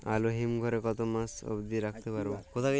আলু হিম ঘরে কতো মাস অব্দি রাখতে পারবো?